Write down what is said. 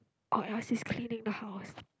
or else he's cleaning the house